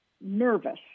nervous